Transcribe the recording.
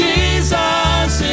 Jesus